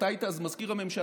אתה היית אז מזכיר הממשלה,